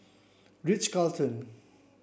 Ritz Carlton